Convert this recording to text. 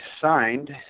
signed